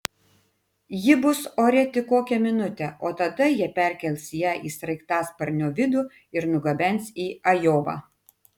ji bus ore tik kokią minutę o tada jie perkels ją į sraigtasparnio vidų ir nugabens į ajovą